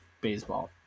baseball